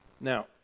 Now